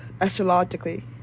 astrologically